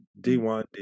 D1